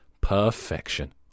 Perfection